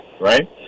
Right